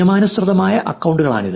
നിയമാനുസൃതമായ അക്കൌണ്ടുകളാണിത്